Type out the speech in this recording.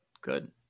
good